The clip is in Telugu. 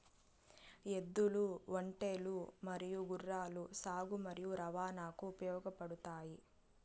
ఎద్దులు, ఒంటెలు మరియు గుర్రాలు సాగు మరియు రవాణాకు ఉపయోగపడుతాయి